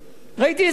ראיתי את זה אתמול.